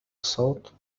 الصوت